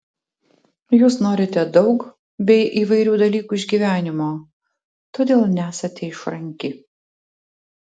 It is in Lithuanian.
jūs norite daug bei įvairių dalykų iš gyvenimo todėl nesate išranki